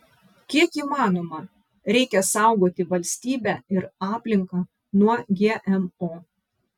kiek įmanoma reikia saugoti valstybę ir aplinką nuo gmo